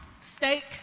Steak